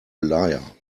liar